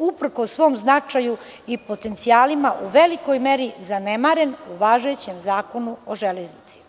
uprkos svom značaju i potencijalima, u velikoj meri zanemaren u važećem Zakonu o železnicama.